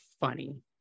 funny